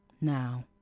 Now